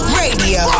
radio